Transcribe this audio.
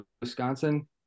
Wisconsin